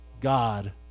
God